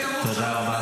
תודה רבה.